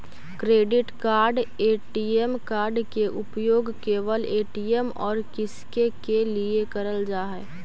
Credit card ATM card के उपयोग केवल ए.टी.एम और किसके के लिए करल जा है?